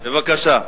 בבקשה,